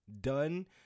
done